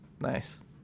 Nice